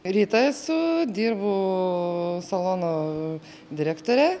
rita esu dirbu salono direktore